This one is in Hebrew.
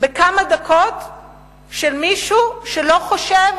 בכמה דקות של מישהו שלא חושב